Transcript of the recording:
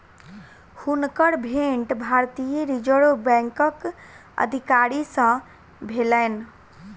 हुनकर भेंट भारतीय रिज़र्व बैंकक अधिकारी सॅ भेलैन